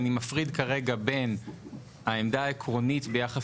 ואני מפריד כרגע בין העמדה העקרונית ביחס